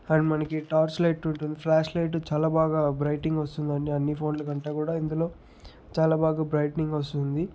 and మనకి torch light ఉంటుంది flash light చాలా బాగా బ్రైటింగ్ వస్తుంది అన్ని ఫోన్ల కంటే కూడా ఇందులో చాలా బాగా బ్రైట్నింగ్ వస్తుంది